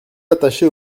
attaché